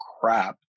crap